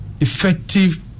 Effective